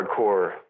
hardcore